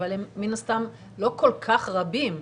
אבל מן הסתם הם לא כל כך רבים.